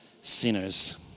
sinners